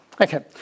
okay